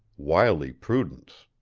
wily prudence!